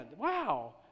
Wow